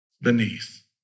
beneath